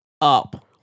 Up